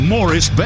Morris